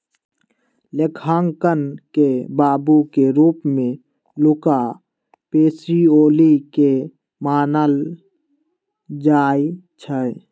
लेखांकन के बाबू के रूप में लुका पैसिओली के मानल जाइ छइ